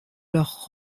leurs